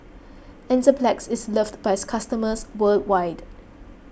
Enzyplex is loved by its customers worldwide